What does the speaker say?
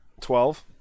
Twelve